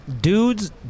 dudes